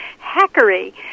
hackery